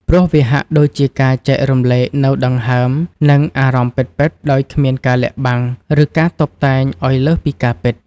ព្រោះវាហាក់ដូចជាការចែករំលែកនូវដង្ហើម និងអារម្មណ៍ពិតៗដោយគ្មានការលាក់បាំង ឬការតុបតែងឱ្យលើសពីការពិត។